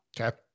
Okay